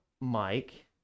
Mike